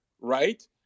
right